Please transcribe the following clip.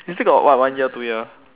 you still got what one year two year